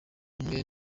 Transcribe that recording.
umwe